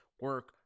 Work